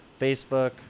Facebook